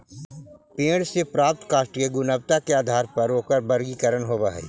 पेड़ से प्राप्त काष्ठ के गुणवत्ता के आधार पर ओकरा वर्गीकरण होवऽ हई